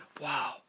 Wow